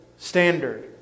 standard